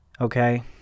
Okay